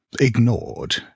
ignored